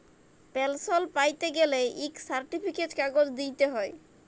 পেলসল প্যাইতে গ্যালে ইক সার্টিফিকেট কাগজ দিইতে হ্যয়